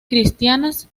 cristianas